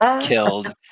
killed